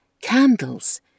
Candles